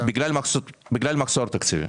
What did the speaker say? עשר שנים, בגלל מחסור תקציבי.